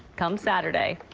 come saturday.